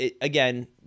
Again